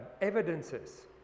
evidences